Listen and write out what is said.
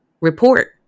report